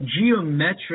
geometric